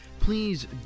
Please